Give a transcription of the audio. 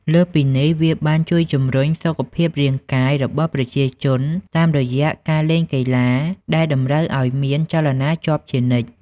លើសពីនេះ វាបានជួយជំរុញ សុខភាពរាងកាយ របស់ប្រជាជនតាមរយៈការលេងកីឡាដែលតម្រូវឱ្យមានចលនាជាប់ជានិច្ច។